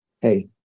hey